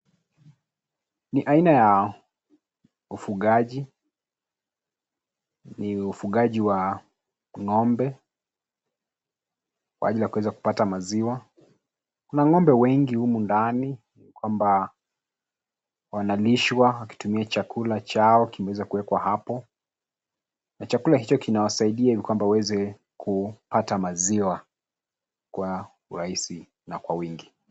Ni aina ya ufugaji. Ni ufugaji wa ng'ombe, kwa ajili ya kuweza kupata maziwa. Kuna ng'ombe wengi humu ndani kwamba wanalishwa wakitumia chakula chao kimeweza kuwekwa hapo, na chakula hicho kinawasaidia ili kwamba waweze kupata maziwa kwa urahisi na kwa wingi.